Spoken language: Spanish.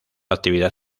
actividad